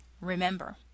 Remember